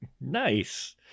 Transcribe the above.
Nice